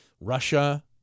Russia